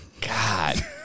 God